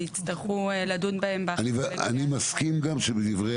שיצטרכו לדון בהן --- אני מסכים שבדברי